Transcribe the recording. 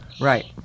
right